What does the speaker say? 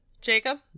Jacob